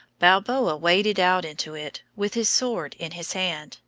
balboa waded out into it with his sword in his hand,